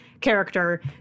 character